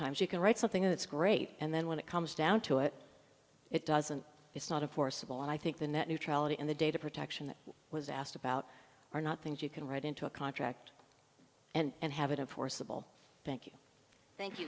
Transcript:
times you can write something that's great and then when it comes down to it it doesn't it's not a forcible and i think the net neutrality and the data protection that was asked about are not things you can write into a contract and have it in forcible thank you thank you